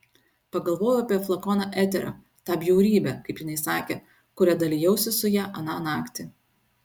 pagalvojau apie flakoną eterio tą bjaurybę kaip jinai sakė kuria dalijausi su ja aną naktį